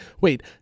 Wait